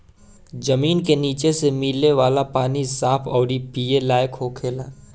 जमीन के निचे से मिले वाला पानी साफ अउरी पिए लायक होखेला